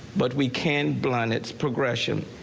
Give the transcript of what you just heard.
but we can build on its progression.